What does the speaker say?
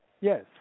Yes